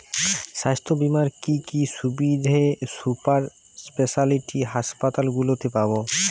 স্বাস্থ্য বীমার কি কি সুবিধে সুপার স্পেশালিটি হাসপাতালগুলিতে পাব?